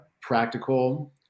practical